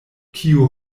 kiu